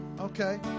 Okay